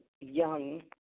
young